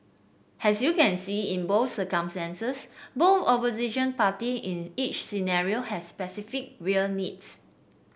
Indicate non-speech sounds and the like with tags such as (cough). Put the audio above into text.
as you can see in both (unintelligible) both opposing parties in each scenario have specific real needs